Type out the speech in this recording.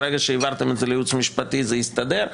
ברגע שהעברתם את זה לייעוץ המשפטי זה הסתדר.